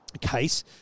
case